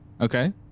okay